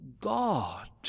God